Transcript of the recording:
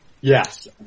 Yes